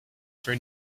for